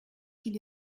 qu’il